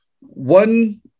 one